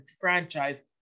franchise